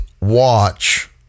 watch